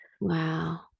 wow